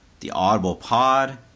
theaudiblepod